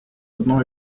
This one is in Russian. одно